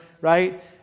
right